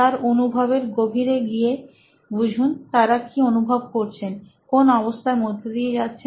তার অনুভবের গভীরে গিয়ে বুঝুন তারা কি অনুভব করছেন কোন অবস্থার মধ্য দিয়ে যাচ্ছেন